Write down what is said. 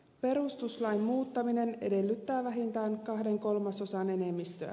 perustuslain muuttaminen edellyttää vähintään kahden kolmasosan enemmistöä